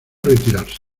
retirarse